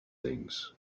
things